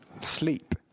sleep